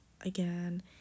again